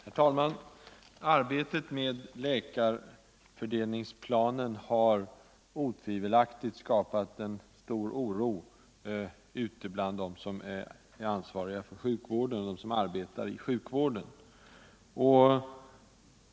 Herr talman! Arbetet med läkarfördelningsplanen har skapat stor oro bland de för sjukvården ansvariga och bland dem som arbetar i sjukvården.